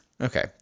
Okay